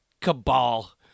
cabal